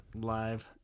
live